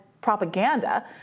propaganda